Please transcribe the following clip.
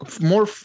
more